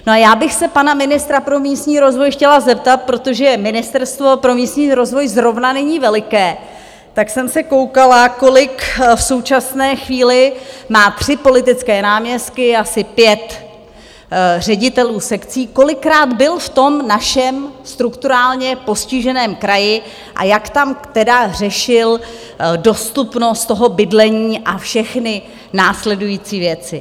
A já bych se pana ministra pro místní rozvoj chtěla zeptat, protože Ministerstvo pro místní rozvoj zrovna není veliké, tak jsem se koukala, v současné chvíli má tři politické náměstky, asi pět ředitelů sekcí, kolikrát byl v tom našem strukturálně postiženém kraji a jak tam teda řešil dostupnost toho bydlení a všechny následující věci?